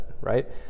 right